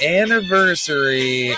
anniversary